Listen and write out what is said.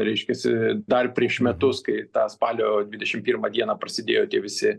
reiškiasi dar prieš metus kai tą spalio dvidešim pirmą dieną prasidėjo tie visi